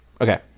okay